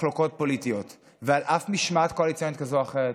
מחלוקות פוליטיות ועל אף משמעת קואליציונית כזו או אחרת,